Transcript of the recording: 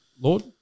Lord